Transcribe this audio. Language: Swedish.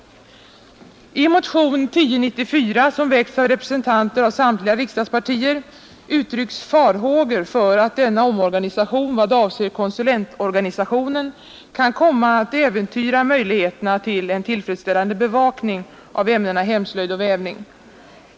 I motionen 1094, som väckts av representanter för samtliga riksdagspartier, uttrycks farhågor för att denna omorganisation i vad avser konsulentorganisationen kan komma att äventyra möjligheterna till en tillfredsställande bevakning av ämnena hemslöjd och vävning.